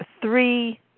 three